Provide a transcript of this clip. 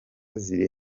ziri